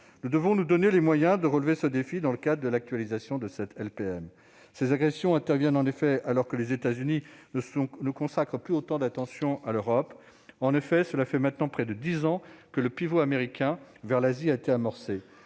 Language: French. Nous devons nous donner les moyens de relever ce défi dans le cadre de l'actualisation de cette LPM. Ces agressions interviennent alors que les États-Unis ne consacrent plus autant d'attention à l'Europe. En effet, cela fait maintenant près de dix ans que le pivot américain vers l'Asie a été amorcé.